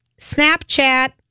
snapchat